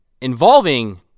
involving